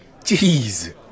Jeez